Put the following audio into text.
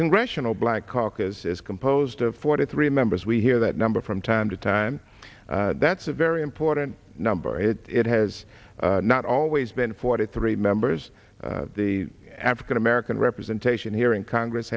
congressional black caucus is composed of forty three members we hear that number from time to time that's a very important number if it has not always been forty three members the african american representation here in congress